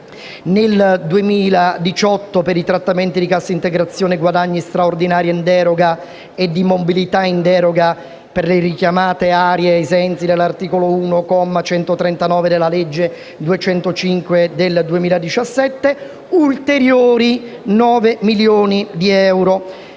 nel 2018 per i trattamenti di Cassa integrazione guadagni straordinaria in deroga e di mobilità in deroga, per le richiamate aree, ai sensi dell'articolo 1, comma 139, della legge n. 205 del 2017, ulteriori 9 milioni di euro, per